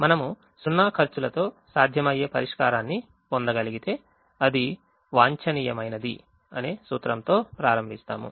మనం 0 ఖర్చులతో సాధ్యమయ్యే పరిష్కారాన్ని పొందగలిగితే అది వాంఛనీయమైనది అనే సూత్రంతో ప్రారంభిస్తాము